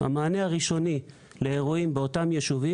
המענה הראשוני לאירועים באותם ישובים,